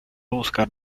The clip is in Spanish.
buscar